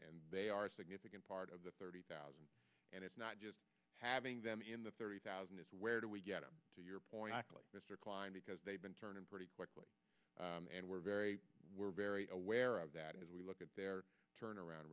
and they are a significant part of the thirty thousand and it's not just having them in the thirty thousand is where do we get to your point mr klein because they've been turned in pretty quickly and we're very we're very aware of that as we look at their turnaround